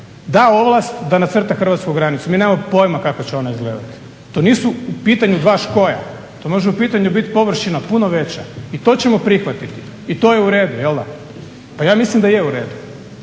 da ovlast da nacrta hrvatsku granicu. Mi nemamo pojma kako će ona izgledati. To nisu u pitanju dva škoja. To može u pitanju biti površina puno veća i to ćemo prihvatiti. I to je u redu? Pa ja mislim da je u redu.